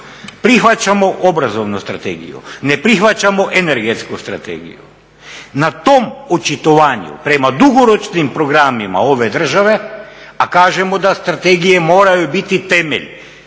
prihvaćamo obrazovnu strategiju, ne prihvaćamo energetsku strategiju. Na tom očitovanju prema dugoročnim programima ove države, a kažemo da strategije moraju biti temelj